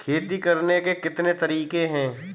खेती करने के कितने तरीके हैं?